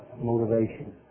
motivation